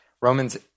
Romans